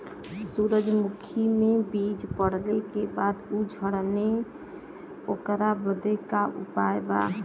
सुरजमुखी मे बीज पड़ले के बाद ऊ झंडेन ओकरा बदे का उपाय बा?